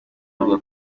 bavuga